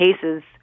cases